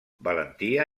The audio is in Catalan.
valentia